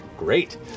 Great